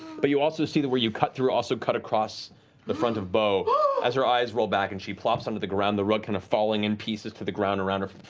but you also see that where you cut through also cut across the front of beau as her eyes roll back and she plops onto the ground, the rug kind of falling in pieces to the ground around her,